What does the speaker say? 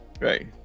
right